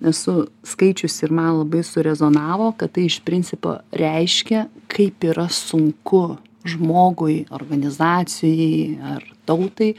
esu skaičius ir man labai surezonavo kad tai iš principo reiškia kaip yra sunku žmogui organizacijai ar tautai